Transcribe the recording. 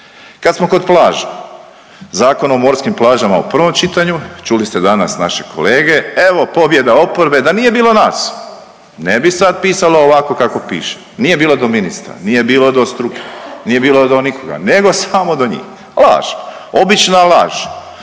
Kad smo kod plaže, zakon o morskim plažama u prvom čitanju, čuli ste danas naše kolege, evo, pobjeda oporbe, da nije bilo nas, ne bi sad pisalo ovako kako piše. Nije bilo do ministra, nije bilo do struke, nije bi do nikoga, nego samo do njih. Laž, obična laž.